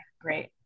great